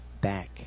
back